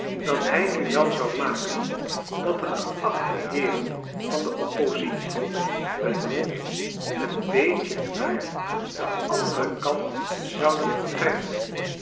dat hij nu wel zou maken dat de geachte heeren van de oppositie hun mond een beetje naar den anderen kant zouden vertrekken